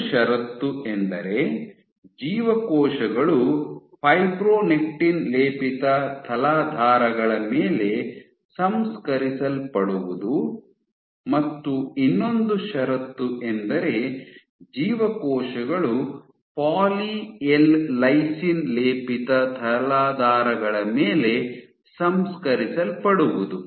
ಒಂದು ಷರತ್ತು ಎಂದರೆ ಜೀವಕೋಶಗಳು ಫೈಬ್ರೊನೆಕ್ಟಿನ್ ಲೇಪಿತ ತಲಾಧಾರಗಳ ಮೇಲೆ ಸಂಸ್ಕರಿಸಲ್ಪಡುವುದು ಮತ್ತು ಇನ್ನೊಂದು ಷರತ್ತು ಎಂದರೆ ಜೀವಕೋಶಗಳು ಪಾಲಿ ಎಲ್ ಲೈಸಿನ್ ಲೇಪಿತ ತಲಾಧಾರಗಳ ಮೇಲೆ ಸಂಸ್ಕರಿಸಲ್ಪಡುವುದು